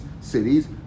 cities